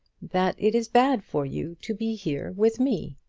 that it is bad for you to be here with me.